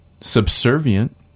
subservient